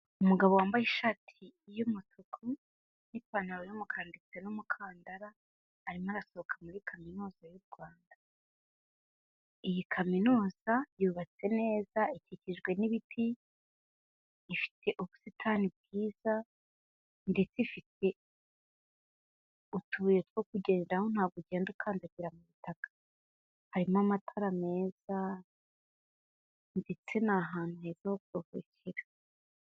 Umugabo wambaye ishati y'umutuku n'ipantaro y'umukara ndetse n'umukandara, arimo arasohoka muri Kaminuza y'u Rwanda. Iyi Kaminuza yubatse neza ikikijwe n'ibiti ifite ubusitani bwiza ndetse ifite utubuye two kugenderaho ntabwo ugenda ukandagira mu butaka. Harimo amatara meza ndetse ni ahantu heza ho kuruhukira.